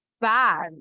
bad